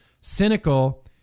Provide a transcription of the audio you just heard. Cynical